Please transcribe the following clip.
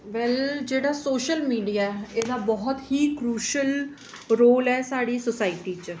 well जेह्ड़ा social media ऐ एह्दा बहुत ई क्रुशियल रोल ऐ साढ़ी सोसाइटी च